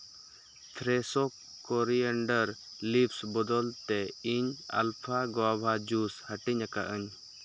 Fresho coriander leaves ᱵᱚᱫᱚᱞ ᱛᱮ ᱤᱧ ᱟᱞᱯᱷᱟ ᱜᱩᱣᱟᱵᱷᱟ ᱡᱩᱥ ᱦᱟᱹᱴᱤᱧ ᱟᱠᱟᱜᱼᱟᱹᱧ